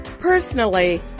Personally